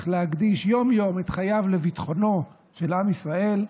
להקדיש יום-יום את חייו לביטחונו של עם ישראל,